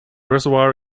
reservoir